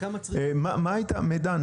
מידן,